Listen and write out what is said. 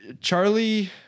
charlie